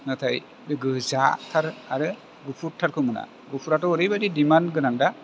नाथाय बे गोजाथार आरो गुफुरथारखौ मोना गुफुराथ' ओरैबायदि दिमान गोनां दा